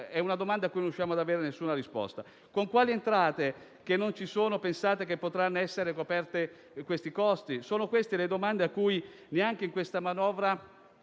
è una domanda alla quale non riusciamo ad avere risposta. Con quali entrate, che non ci sono, pensate che potranno essere coperti quei costi? Sono queste le domande alle quali neanche in questa manovra